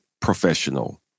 professional